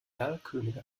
erlkönige